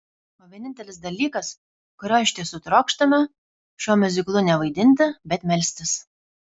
o vienintelis dalykas kurio iš tiesų trokštame šiuo miuziklu ne vaidinti bet melstis